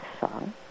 song